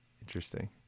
interesting